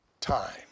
time